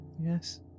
Yes